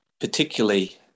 particularly